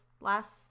last